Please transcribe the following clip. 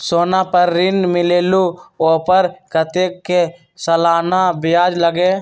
सोना पर ऋण मिलेलु ओपर कतेक के सालाना ब्याज लगे?